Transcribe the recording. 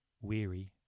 Weary